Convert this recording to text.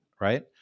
right